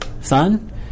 son